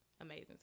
amazing